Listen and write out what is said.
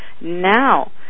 now